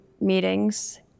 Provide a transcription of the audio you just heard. meetings